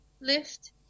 lift